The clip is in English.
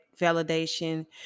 validation